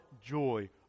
joy